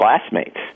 classmates